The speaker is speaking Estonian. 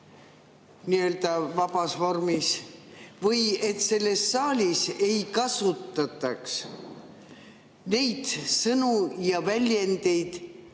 sunnitööle, vabas vormis, või et selles saalis ei kasutataks neid sõnu ja väljendeid,